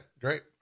great